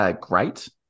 great